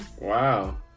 Wow